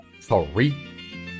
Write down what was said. three